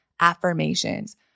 affirmations